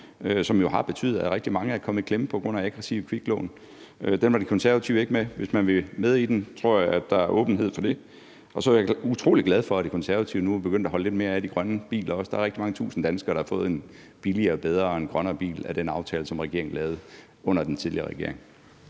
som jo har betydet, at rigtig mange er kommet i klemme på grund af aggressive kviklån. Den aftale var De Konservative ikke med i, men jeg tror, at der, hvis man vil være med i den, er en åbenhed over for det. Så er jeg også utrolig glad for, at De Konservative nu er begyndt at holde lidt mere af de grønne biler. Der er rigtig mange tusinde danskere, der har fået en billigere, en bedre og en grønnere bil i forbindelse med den aftale, som man lavede under den tidligere regering.